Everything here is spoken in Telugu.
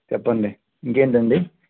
చెప్పండి ఇంకేంటండి